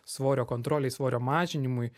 svorio kontrolei svorio mažinimui